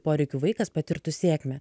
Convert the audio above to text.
poreikių vaikas patirtų sėkmę